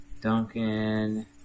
Duncan